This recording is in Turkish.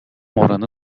oranı